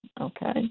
okay